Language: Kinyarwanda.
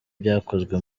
byakozwe